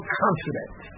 confident